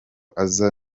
aza